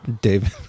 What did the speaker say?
David